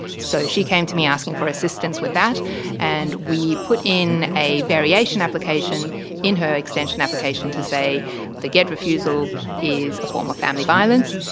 so she came to me asking for assistance with that and we put in a variation application in her extension application to say the gett refusal is a form of family violence,